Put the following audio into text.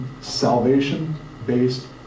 salvation-based